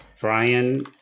Brian